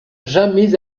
jamais